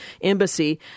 embassy